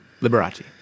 Liberace